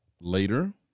later